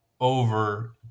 over